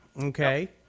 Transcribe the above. Okay